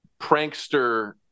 prankster